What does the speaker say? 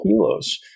kilos